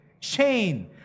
chain